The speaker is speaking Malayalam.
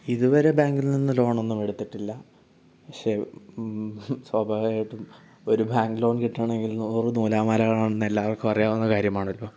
ഇതുവരെ ബാങ്കിൽ നിന്നും ലോൺ ഒന്നും എടുത്തിട്ടില്ല പക്ഷേ സ്വാഭാവികമായിട്ടും ഒരു ബാങ്ക് ലോൺ കിട്ടണമെങ്കിൽ നൂറ് നൂലാമാലകളാണെന്ന് എല്ലാവർക്കും അറിയാവുന്ന കാര്യമണല്ലോ